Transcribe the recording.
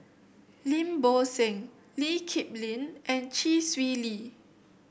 Lim Bo Seng Lee Kip Lin and Chee Swee Lee